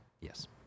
Yes